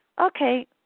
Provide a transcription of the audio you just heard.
okay